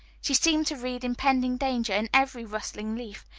she seemed to read impending danger in every rustling leaf,